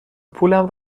پولم